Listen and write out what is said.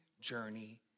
journey